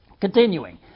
continuing